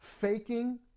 faking